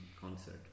concert